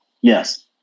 Yes